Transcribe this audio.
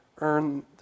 earn